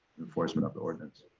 enforcement of the ordinance.